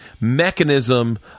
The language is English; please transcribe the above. mechanism